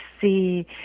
see